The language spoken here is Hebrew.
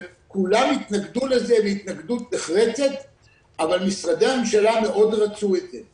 וכולם התנגדו לזה התנגדות נחרצת אבל משרדי הממשלה מאוד רצו את זה,